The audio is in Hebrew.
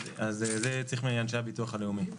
את הנתונים צריך לקבל מהביטוח הלאומי?